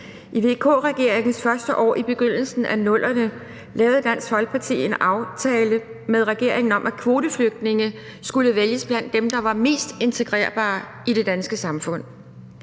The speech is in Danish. I VK-regeringens første år i begyndelsen af 00'erne lavede Dansk Folkeparti en aftale med regeringen om, at kvoteflygtninge skulle vælges blandt dem, der var mest integrerbare i det danske samfund.